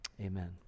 Amen